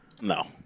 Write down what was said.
No